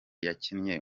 yakinnye